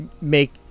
make